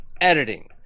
editing